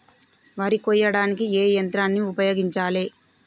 వరి కొయ్యడానికి ఏ యంత్రాన్ని ఉపయోగించాలే?